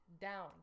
down